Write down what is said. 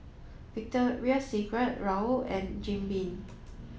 Victoria Secret Raoul and Jim Beam